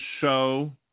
show